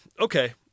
Okay